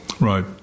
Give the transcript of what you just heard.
right